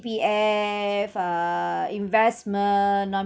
C_P_F err investment